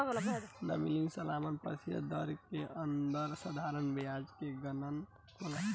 nominal सालाना प्रतिशत दर के अंदर साधारण ब्याज के गनना होला